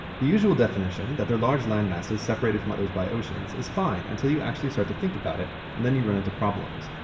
the usual deffiniton, that they're large land masses separated from others by oceans is fine, until you actually start to think about it, and then you run into problems.